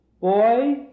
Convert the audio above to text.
boy